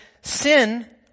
Sin